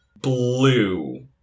blue